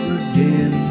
again